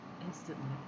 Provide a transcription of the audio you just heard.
Instantly